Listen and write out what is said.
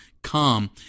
Come